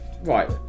Right